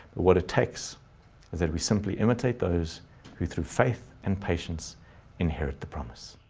what it takes, is that we simply imitate those who through faith and patience inherit the promise.